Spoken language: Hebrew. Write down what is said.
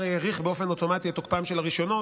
האריך באופן אוטומטי את תוקפם של הרישיונות,